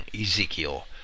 Ezekiel